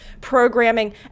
programming